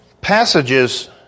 passages